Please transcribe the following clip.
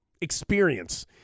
experience